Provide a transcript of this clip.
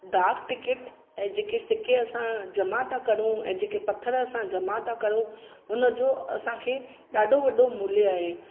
डाक टिकिट ऐं जेके सिके असां जमा था करूं ऐं जेके पत्थर असां जमा था करूं उनजो असांखे ॾाढो वॾो मूल्य आहे